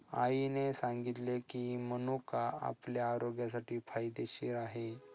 आईने सांगितले की, मनुका आपल्या आरोग्यासाठी फायदेशीर आहे